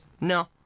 No